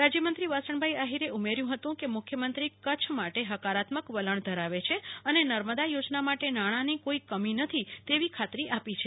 રાજ્યમંત્રી વાસણભાઈ આહિરે ઉમેર્થું હતું કે મુખ્યમંત્રી કચ્છ માટે હકારાત્મક વલણ ધરાવે છે અને નર્મદા યોજના માટે નાણાની કોઈ કમી નથી તેવી ખાતરી આપી છે